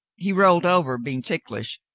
he rolled over, being ticklish,